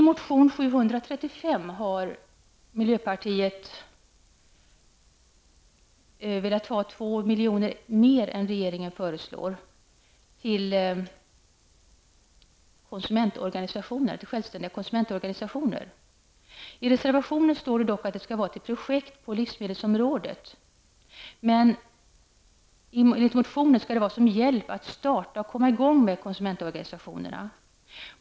milj.kr. mer än regeringen har föreslagit. I reservation 23 står det att det skall avse projekt på livsmedelsområdet, men enligt motionen skall det avse hjälp att starta och komma i gång med konsumentorganisationer.